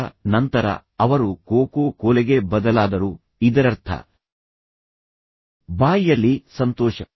ಈಗ ನಂತರ ಅವರು ಕೋಕೋ ಕೋಲೆಗೆ ಬದಲಾದರು ಇದರರ್ಥ ಬಾಯಿಯಲ್ಲಿ ಸಂತೋಷ